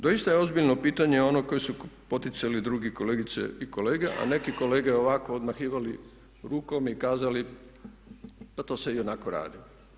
Doista je ozbiljno pitanje ono koji su poticali drugi kolegice i kolege a neki kolege ovako odmahivali rukom i kazali pa to se ionako radi.